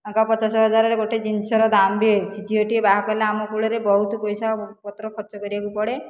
ଟଙ୍କା ପଚାଶ ହଜାରରେ ଗୋଟିଏ ଜିନିଷର ଦାମ ବି ହେଉଛି ଝିଅଟି ବାହା କଲେ ଆମ କୂଳରେ ବହୁତ ପଇସା ପତ୍ର ଖର୍ଚ୍ଚ କରିବାକୁ ପଡ଼େ